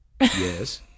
Yes